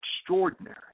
extraordinary